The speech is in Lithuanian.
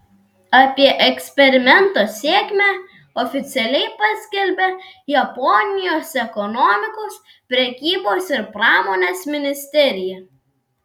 apie eksperimento sėkmę oficialiai paskelbė japonijos ekonomikos prekybos ir pramonės ministerija